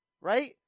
Right